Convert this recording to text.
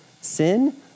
sin